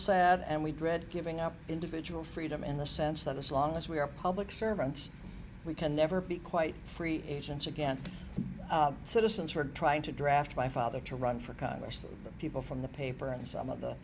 sad and we dread giving up individual freedom in the sense that as long as we are public servants we can never be quite free agents again citizens who are trying to draft my father to run for congress the people from the paper and some of the